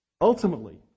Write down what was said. Ultimately